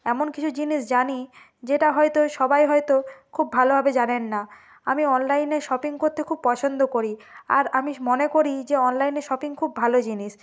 এমন কিছু জিনিস জানি যেটা হয়তো সবাই হয়তো খুব ভালোভাবে জানেন না আমি অনলাইনে শপিং করতে খুব পছন্দ করি আর আমি মনে করি যে অনলাইনে শপিং খুব ভালো জিনিস